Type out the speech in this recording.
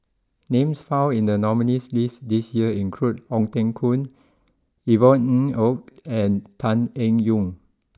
names found in the nominees' list this year include Ong Teng Koon Yvonne Ng Uhde and Tan Eng Yoon